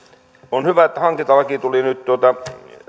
on hyvä että hankintalaki sai mietinnössä nyt